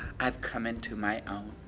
i've come into my own.